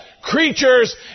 creatures